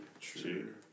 true